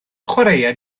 chwaraea